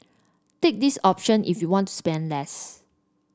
take this option if you want to spend less